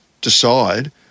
decide